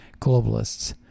globalists